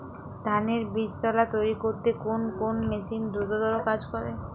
ধানের বীজতলা তৈরি করতে কোন মেশিন দ্রুততর কাজ করে?